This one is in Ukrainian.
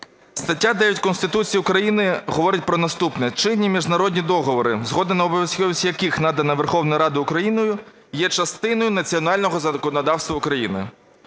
Стаття 9 Конституції України говорить про наступне: чинні міжнародні договори, згода на обов'язковість яких надана Верховною Радою України, є частиною національного законодавства України.